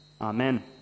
Amen